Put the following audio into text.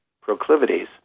proclivities